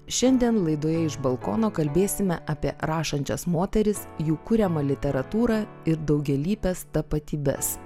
šiandien laidoje iš balkono kalbėsime apie rašančias moteris jų kuriamą literatūrą ir daugialypes tapatybes